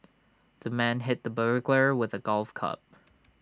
the man hit the burglar with A golf club